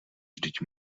vždyť